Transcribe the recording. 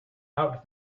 out